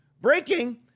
Breaking